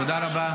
תודה רבה.